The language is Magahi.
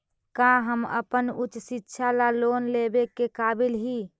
का हम अपन उच्च शिक्षा ला लोन लेवे के काबिल ही?